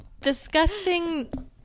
Disgusting